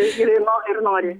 žino ir nori